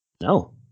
No